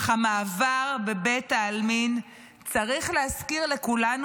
אך המעבר בבית העלמין צריך להזכיר לכולנו